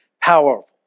powerful